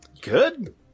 Good